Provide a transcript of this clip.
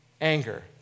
anger